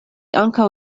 ankaŭ